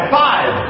five